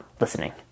listening